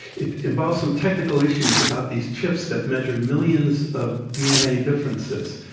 it involves some technical issues about these tips that measure millions of dna differences.